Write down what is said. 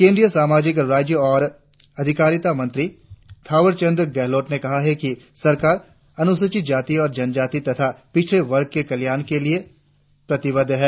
केंद्रीय सामाजिक न्याय और अधिकारिता मंत्री थावरचंद गहलोत ने कहा है कि सरकार अनुसूचित जाति और जनजाति तथा पिछड़े वर्गों के कल्याण के लिए प्रतिबद्ध है